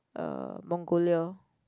um Mongolia